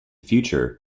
future